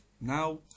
now